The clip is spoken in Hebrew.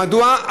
מדוע?